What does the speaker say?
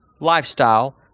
lifestyle